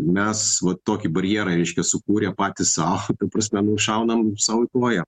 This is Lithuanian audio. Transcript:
mes vat tokį barjerą reiškia sukūrė patys sau ta prasme nu šaunam sau į koją